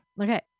Okay